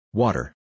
water